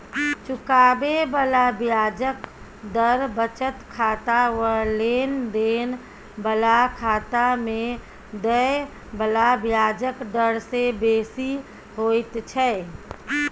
चुकाबे बला ब्याजक दर बचत खाता वा लेन देन बला खाता में देय बला ब्याजक डर से बेसी होइत छै